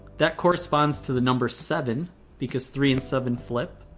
that corresponds to the number seven because three and seven flip.